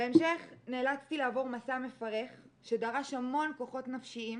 בהמשך נאלצתי לעבור מסע מפרך שדרש המון כוחות נפשיים,